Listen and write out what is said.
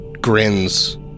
grins